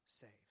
saves